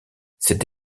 cette